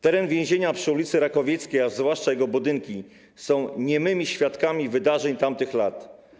Teren więzienia przy ul. Rakowieckiej, a zwłaszcza jego budynki, są niemymi świadkami wydarzeń tamtych lat.